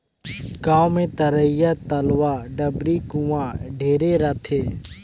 गांव मे तरिया, तलवा, डबरी, कुआँ ढेरे रथें